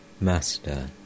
Master